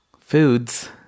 foods